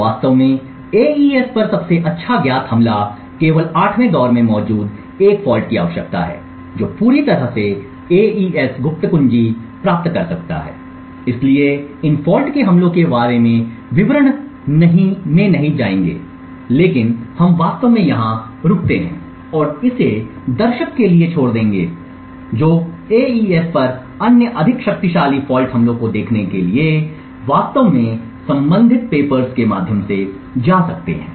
वास्तव में एईएस पर सबसे अच्छा ज्ञात हमला केवल 8 वें दौर में मौजूद एक फॉल्ट की आवश्यकता है जो पूरी तरह से एईएस गुप्त कुंजी प्राप्त कर सकता है इसलिए इन फॉल्ट के हमलों के बारे में विवरण में नहीं जाएगा लेकिन हम वास्तव में यहां रुकेंगे और इसे दर्शक के लिए छोड़ देंगे एईएस पर अन्य अधिक शक्तिशाली फॉल्ट हमलों को देखने के लिए वास्तव में संबंधित कागजात के माध्यम से जा सकते हैं